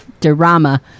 drama